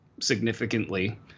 significantly